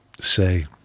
say